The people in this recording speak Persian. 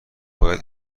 باید